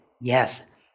yes